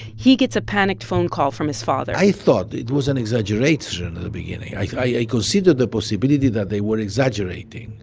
he gets a panicked phone call from his father i thought it was an exaggeration at the beginning. i considered the possibility that they were exaggerating,